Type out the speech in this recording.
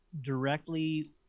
directly